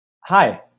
Hi